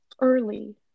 early